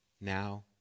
now